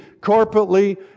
corporately